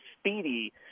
speedy